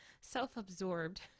self-absorbed